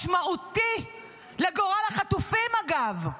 משמעותי לגורל החטופים, אגב,